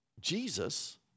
Jesus